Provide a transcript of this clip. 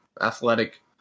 Athletic